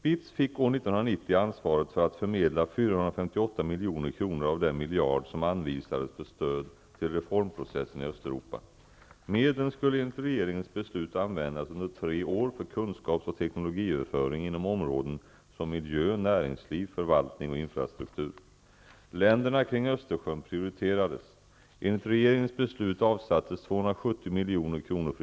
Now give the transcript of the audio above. BITS fick år 1990 ansvaret för att förmedla 458 milj.kr. av den miljard som anvisades för stöd till reformprocessen i Östeuropa. Medlen skulle enligt regeringens beslut användas under tre år för kunskaps och teknologiöverföring inom områden som miljö, näringsliv, förvaltning och infrastruktur. Europeiska utvecklingsbanken .